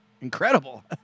incredible